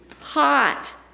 hot